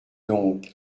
donc